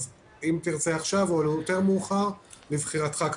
אם תרצה עכשיו או יותר מאוחר, לבחירתך.